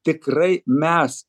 tikrai mes